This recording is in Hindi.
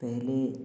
पहले